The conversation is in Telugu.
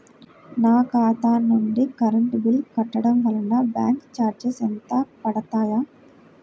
నా ఖాతా నుండి కరెంట్ బిల్ కట్టడం వలన బ్యాంకు చార్జెస్ ఎంత పడతాయా?